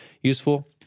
useful